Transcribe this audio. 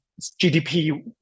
GDP